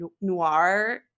noir